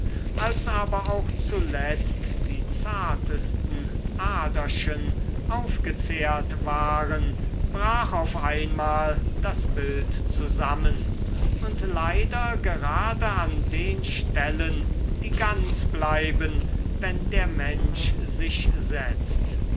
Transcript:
als aber auch zuletzt die zartesten aderchen aufgezehrt waren brach auf einmal das bild zusammen und leider gerade an den stellen die ganz bleiben wenn der mensch sich setzt